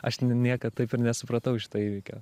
aš niekad taip ir nesupratau šito įvykio